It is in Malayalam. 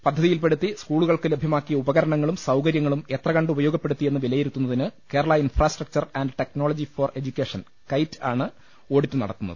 പദ്ധതിയിൽപ്പെടുത്തി സ്കൂളുകൾക്ക് ലഭൃമാ ക്കിയ ഉപകരണങ്ങളും സൌകരൃ ങ്ങളും എത്രകണ്ട് ഉപയോഗപ്പെടുത്തി എന്ന് വിലയിരുത്തുന്ന തിന് Kerala infrastructure and technology for education KITE ആണ് ഓഡിറ്റ് നടത്തുന്നത്